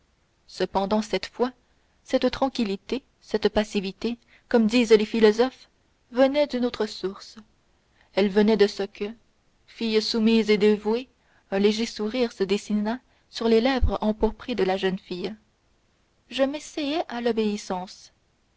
cependant cette fois cette tranquillité cette passivité comme disent les philosophes venait d'une autre source elle venait de ce que fille soumise et dévouée un léger sourire se dessina sur les lèvres empourprées de la jeune fille je m'essayais à l'obéissance